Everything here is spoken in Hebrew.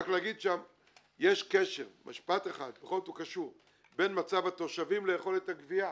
שיש קשר בין מצב התושבים ליכולת הגבייה.